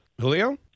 Julio